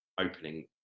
opening